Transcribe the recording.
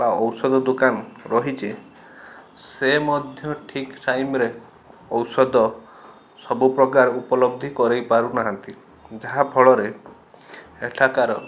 ବା ଔଷଧ ଦୋକାନ ରହିଛି ସେ ମଧ୍ୟ ଠିକ୍ ଟାଇମରେ ଔଷଧ ସବୁ ପ୍ରକାର ଉପଲବ୍ଧି କରାଇପାରୁ ନାହାଁନ୍ତି ଯାହା ଫଳରେ ଏଠାକାର